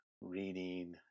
reading